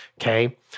Okay